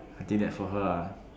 I did that for her ah